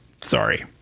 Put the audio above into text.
Sorry